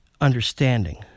understanding